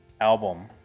album